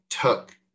took